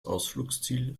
ausflugsziel